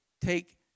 take